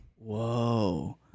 Whoa